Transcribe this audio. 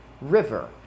River